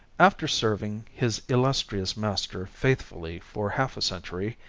after serving his illustrious master faithfully for half a century,